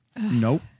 nope